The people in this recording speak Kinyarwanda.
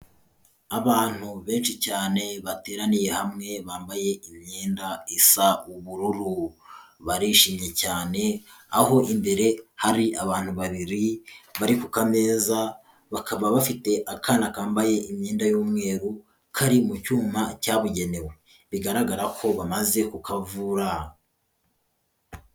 Abantu benshi cyane bateraniye hamwe bambaye imyenda isa ubururu, barishimye cyane aho imbere hari abantu babiri bari kukameza, bakaba bafite akana kambaye imyenda y'umweru, kari mu cyuma cyabugenewe, bigaragara ko bamaze kukavura.